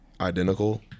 identical